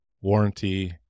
warranty